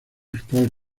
actual